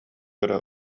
эрэ